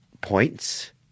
points